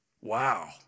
Wow